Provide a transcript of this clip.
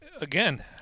Again